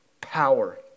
power